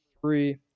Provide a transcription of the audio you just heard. three